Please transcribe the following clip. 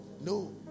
no